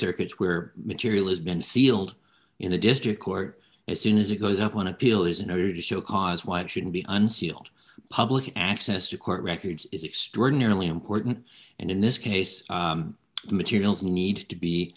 circuits where material is been sealed in the district court as soon as it goes up on appeal is an order to show cause why it shouldn't be unsealed public access to court records is extraordinarily important and in this case materials need to be